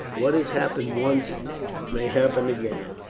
what has happened once may happen again.